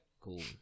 Cool